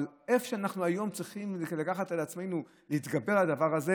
אבל אנחנו צריכים לקחת על עצמנו להתגבר על הדבר הזה